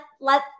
let